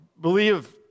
Believe